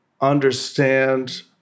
understand